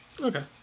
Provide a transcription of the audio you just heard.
Okay